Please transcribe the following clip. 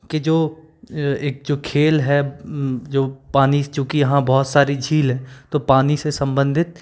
के जो एक जो खेल हैं जो पानी चूंकि यहाँ बहुत सारी झील हैं तो पानी से संबंधित